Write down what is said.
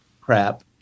crap